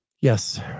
yes